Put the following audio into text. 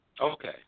Okay